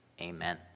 amen